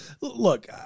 look